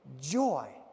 joy